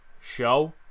show